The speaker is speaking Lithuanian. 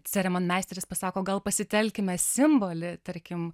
ceremonmeisteris pasako gal pasitelkime simbolį tarkim